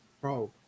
bro